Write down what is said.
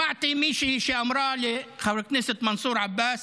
שמעתי מישהי שאמרה לחבר הכנסת מנסור עבאס: